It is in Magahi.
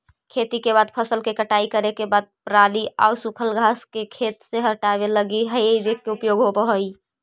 खेती के बाद फसल के कटाई करे के बाद पराली आउ सूखल घास के खेत से हटावे लगी हेइ रेक के उपयोग होवऽ हई